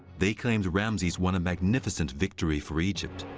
they claimed ramses won a magnificent victory for egypt.